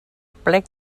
plec